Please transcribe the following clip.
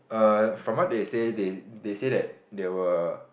err from what they said they they said that they will